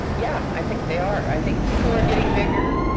yeah, i think they are. i think people are getting bigger,